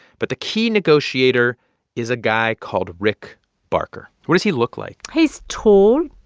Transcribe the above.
but the key negotiator is a guy called rick barker. what does he look like? he's tall.